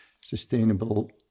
sustainable